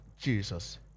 Jesus